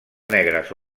negres